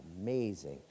amazing